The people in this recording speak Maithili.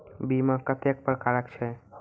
बीमा कत्तेक प्रकारक छै?